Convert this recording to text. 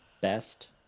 best